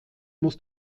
muss